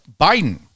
Biden